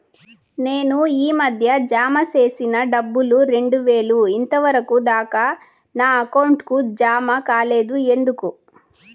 నేను ఈ మధ్య జామ సేసిన డబ్బులు రెండు వేలు ఇంతవరకు దాకా నా అకౌంట్ కు జామ కాలేదు ఎందుకు?